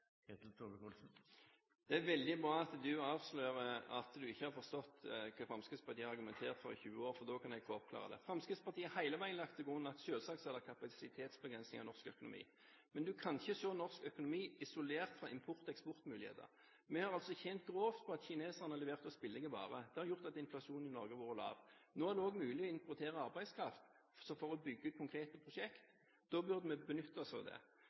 Det er veldig bra at du avslører at du ikke har forstått hva Fremskrittspartiet har argumentert for i 20 år, for da kan jeg få oppklart det. Fremskrittspartiet har hele veien lagt til grunn at selvsagt er det kapasitetsbegrensninger i norsk økonomi. Men du kan ikke se norsk økonomi isolert fra import/eksport-muligheter. Vi har tjent grovt på at kineserne har levert oss billige varer. Det har gjort at inflasjonen i Norge har vært lav. Nå er det også mulig å importere arbeidskraft for å bygge ut konkrete prosjekt. Da burde vi benytte oss av det.